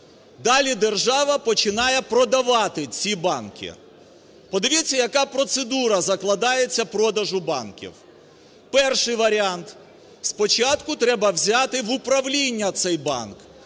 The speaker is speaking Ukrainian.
далі держава починає продавати ці банки. Подивіться, яка процедура закладається продажу банків. Перший варіант. Спочатку треба взяти в управління цей банк.